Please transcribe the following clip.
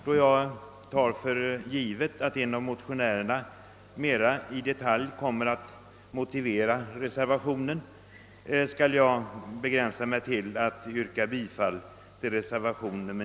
Då jag tar för givet att en av motionärerna mera utförligt kommer att motivera reservationen, skall jag begränsa mig till att yrka bifall till denna.